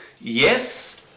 yes